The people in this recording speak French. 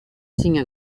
signe